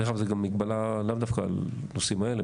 דרך אגב, זה גם מגבלה לאו דווקא על הנושאים האלה.